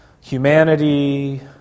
humanity